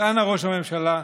אז אנא, ראש הממשלה,